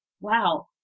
wow